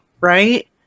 right